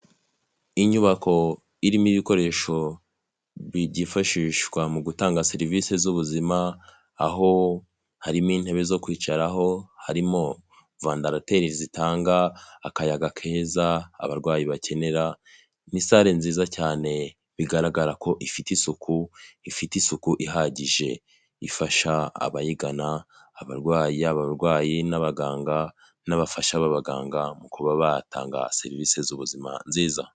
Inyubako irimo ibikoresho byifashishwa mu gutanga serivisi z'ubuzima aho harimo intebe zo kwicaraho, harimo vadalateri zitanga akayaga keza abarwayi bakenera ni sale nziza cyane bigaragara ko ifite isuku, ifite isuku ihagije ifasha abayigana abarwayi abarwayi n'abaganga n'abafasha b'abaganga mu kuba batanga serivisi z'ubuzima nziza.